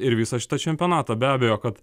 ir visą šitą čempionatą be abejo kad